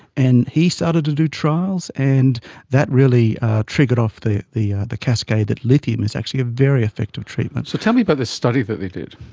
and he started to do trials and that really triggered off the the cascade that lithium is actually a very effective treatment. so tell me about this study that they did.